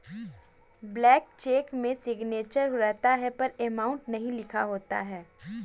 blank cheque में signature रहता है पर अमाउंट नहीं लिखा होता है